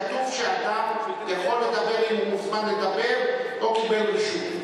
כתוב שאדם יכול לדבר אם הוא מוכן לדבר או קיבל רשות.